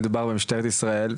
מדובר על משטרת ישראל,